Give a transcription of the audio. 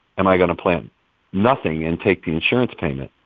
am i going to plant nothing and take the insurance payment?